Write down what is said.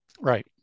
Right